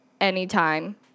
anytime